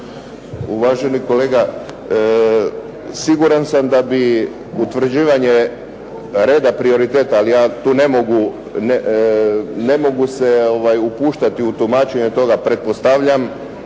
Uvaženi kolega, siguran sam da bi utvrđivanje reda prioriteta ali ja tu ne mogu se upuštati u tumačenje toga, pretpostavljam